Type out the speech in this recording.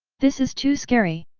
this is too scary!